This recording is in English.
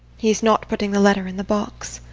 he is not putting the letter in the box.